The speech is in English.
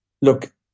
look